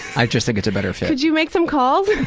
i just think it's a better fit. could you make some calls?